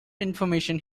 information